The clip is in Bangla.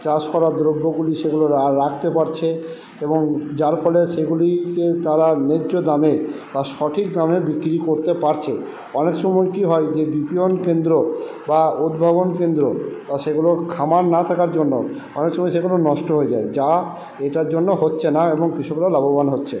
চাষ করার দ্রব্যগুলি সেগুলো রাখতে পারছে এবং যার ফলে সেগুলিকে তারা ন্যায্য দামে বা সঠিক দামে বিক্রি করতে পারছে অনেক সময় কি হয় যে বিকিরণ কেন্দ্র বা উদ্ভাবন কেন্দ্র বা সেগুলোর খামার না থাকার জন্য অনেক সময় সেগুলো নষ্ট হয়ে যায় যা এটার জন্য হচ্ছে না এবং কৃষকরা লাভবান হচ্ছে